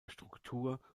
struktur